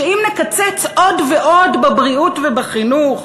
שאם נקצץ עוד ועוד בבריאות, ובחינוך,